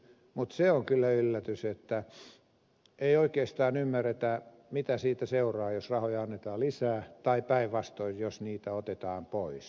mutta se on kyllä yllätys että ei oikeastaan ymmärretä mitä siitä seuraa jos rahoja annetaan lisää tai päinvastoin jos niitä otetaan pois